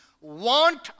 want